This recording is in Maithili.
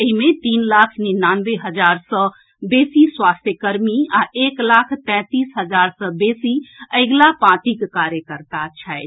एहि मे तीन लाख निनानवे हजार सऽ बेसी स्वास्थ्य कर्मी आ एक लाख तैंतीस हजार सऽ बेसी अगिला पांतिक कार्यकर्ता छथि